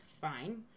fine